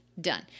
Done